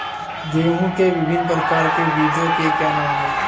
गेहूँ के विभिन्न प्रकार के बीजों के क्या नाम हैं?